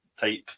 type